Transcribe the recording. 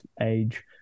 age